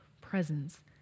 presence